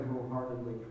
wholeheartedly